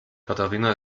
katharina